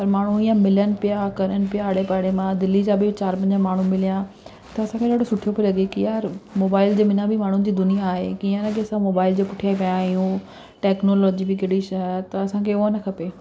पर माण्हू ईअं मिलनि पिया करनि पिया आड़े पाड़े मां दिल्ली जा बि चारि पंज माण्हू मिलिया त असांखे ॾाढो सुठो पियो लॻे कि यार मोबाइल जे बिना बि माण्हुनि जी दुनिया आहे कीअं न कि असां मोबाइल जे पुठियां ई पिया आहियूं टैक्नोलॉजी बि कहिड़ी शइ आहे त असांखे हू न खपे